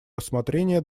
рассмотрение